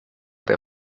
der